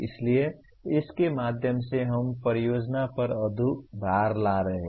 इसलिए इस सब के माध्यम से हम परियोजना पर बहुत अधिक भार ला रहे हैं